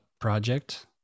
project